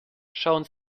schauen